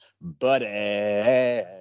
buddy